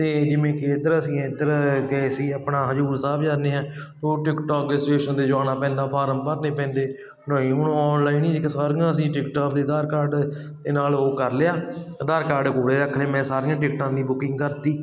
ਅਤੇ ਜਿਵੇਂ ਕਿ ਇੱਧਰ ਅਸੀਂ ਇੱਧਰ ਗਏ ਸੀ ਆਪਣਾ ਹਜੂਰ ਸਾਹਿਬ ਜਾਂਦੇ ਹਾਂ ਉਹ ਟਿਕਟਾਂ ਅੱਗੇ ਸਟੇਸ਼ਨ 'ਤੇ ਜਾਣਾ ਪੈਂਦਾ ਫਾਰਮ ਭਰਨੇ ਪੈਂਦੇ ਨਹੀਂ ਹੁਣ ਆਨਲਾਈਨ ਸਾਰੀਆਂ ਅਸੀਂ ਟਿਕਟਾਂ ਦੇ ਅਧਾਰ ਕਾਰਡ ਦੇ ਨਾਲ ਉਹ ਕਰ ਲਿਆ ਆਧਾਰ ਕਾਰਡ ਕੋਲ ਰੱਖਣੇ ਮੈਂ ਸਾਰੀਆਂ ਟਿਕਟਾਂ ਦੀ ਬੁਕਿੰਗ ਕਰਤੀ